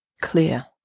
clear